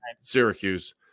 Syracuse